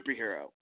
superhero